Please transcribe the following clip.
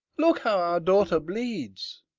look how our daughter bleeds!